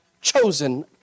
chosen